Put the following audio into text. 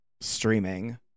streaming